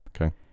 Okay